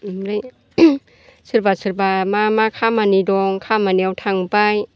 ओमफ्राय सोरबा सोरबा मा मा खामानि दं खामानियाव थांबाय